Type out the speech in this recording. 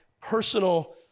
personal